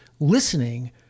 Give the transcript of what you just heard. listening